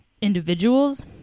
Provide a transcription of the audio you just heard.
individuals